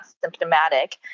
symptomatic